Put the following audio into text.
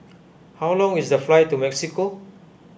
how long is the flight to Mexico